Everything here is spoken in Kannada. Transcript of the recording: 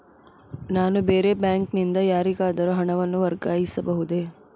ನಾನು ಬೇರೆ ಬ್ಯಾಂಕ್ ನಿಂದ ಯಾರಿಗಾದರೂ ಹಣವನ್ನು ವರ್ಗಾಯಿಸಬಹುದೇ?